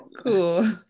Cool